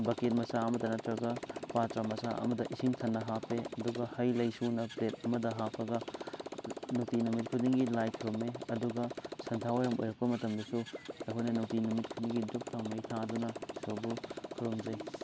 bucket ꯃꯆꯥ ꯑꯃꯗ ꯅꯠꯇ꯭ꯔꯒ ꯄꯥꯠꯇ꯭ꯔ ꯃꯆꯥ ꯑꯃꯗ ꯏꯁꯤꯡ ꯊꯟꯅ ꯍꯥꯞꯄꯦ ꯑꯗꯨꯒ ꯍꯩ ꯂꯩ ꯁꯨꯅ ꯄ꯭ꯂꯦꯠ ꯑꯃꯗ ꯍꯥꯞꯄꯒ ꯅꯨꯡꯇꯤ ꯅꯨꯃꯤꯠ ꯈꯨꯗꯤꯡꯒꯤ ꯂꯥꯏ ꯈꯨꯔꯝꯃꯤ ꯑꯗꯨꯒ ꯁꯟꯙꯥ ꯋꯥꯏꯔꯝ ꯑꯣꯏꯔꯛꯄ ꯃꯇꯝꯗꯁꯨ ꯑꯩꯈꯣꯏꯅ ꯅꯨꯡꯇꯤ ꯅꯨꯃꯤꯠ ꯈꯨꯗꯤꯡꯒꯤ ꯗꯨꯛ ꯊꯥꯎꯃꯩ ꯊꯥꯗꯨꯅ ꯏꯁꯣꯔꯕꯨ ꯈꯨꯔꯨꯝꯖꯩ